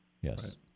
Yes